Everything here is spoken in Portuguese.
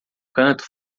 canto